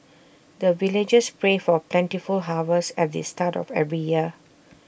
the villagers pray for plentiful harvest at the start of every year